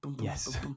Yes